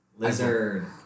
Lizard